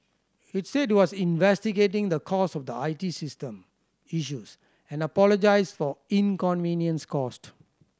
it said it was investigating the cause of the I T system issues and apologised for inconvenience caused